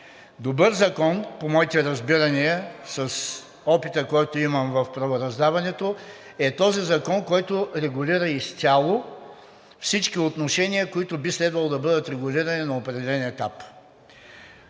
Добър закон по моите разбирания с опита, който имам в правораздаването, е този закон, който регулира изцяло всички отношения, които би следвало да бъдат регулирани на определен етап.